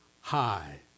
High